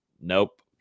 nope